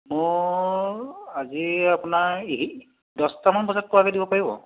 মোৰ আজি আপোনাৰ দহটামান বজাত পোৱাকৈ দিব পাৰিব